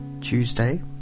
Tuesday